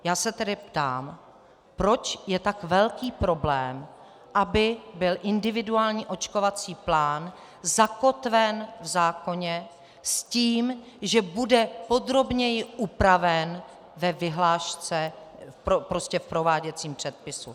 Já se tedy ptám, proč je tak velký problém, aby byl individuální očkovací plán zakotven v zákoně s tím, že bude podrobněji upraven ve vyhlášce, prostě v prováděcím předpisu.